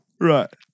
Right